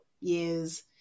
years